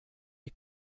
est